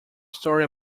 story